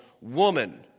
woman